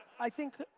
i think.